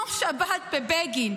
ביום שבת בבגין,